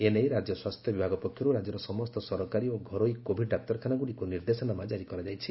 ଏନେଇ ରାଜ୍ୟ ସ୍ୱାସ୍ଥ୍ୟ ବିଭାଗ ପକ୍ଷରୁ ରାଜ୍ୟର ସମସ୍ତ ସରକାରୀ ଓ ଘରୋଇ କୋଭିଡ୍ ଡାକ୍ତରଖାନାଗୁଡ଼ିକୁ ନିର୍ଦ୍ଦେଶନାମା କାରି କରାଯାଇଛି